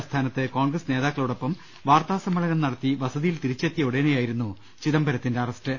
ആസ്ഥാനത്ത് കോൺഗ്രസ് നേതാക്കളോടൊപ്പം വാർത്താസമ്മേളനം നടത്തി വസതിയിൽ തിരിച്ചെത്തിയ ഉടനെയായി രുന്നു ചിദംബരത്തിന്റെ അറസ്റ്റ്